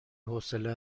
حوصله